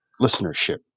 listenership